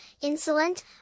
insolent